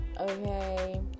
Okay